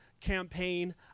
campaign